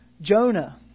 Jonah